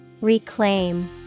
Reclaim